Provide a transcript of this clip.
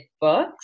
books